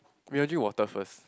we will drink water first